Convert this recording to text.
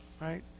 Right